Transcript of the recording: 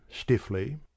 stiffly